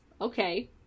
Okay